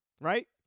Right